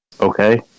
Okay